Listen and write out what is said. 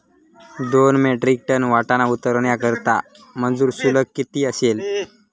दोन metric tonne वाटाणा उतरवण्याकरता मजूर शुल्क किती असेल?